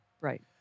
Right